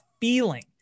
feeling